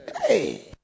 Hey